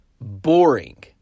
boring